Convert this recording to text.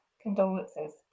condolences